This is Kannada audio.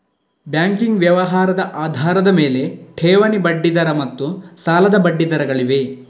ಬ್ಯಾಂಕಿಂಗ್ ವ್ಯವಹಾರದ ಆಧಾರದ ಮೇಲೆ, ಠೇವಣಿ ಬಡ್ಡಿ ದರ ಮತ್ತು ಸಾಲದ ಬಡ್ಡಿ ದರಗಳಿವೆ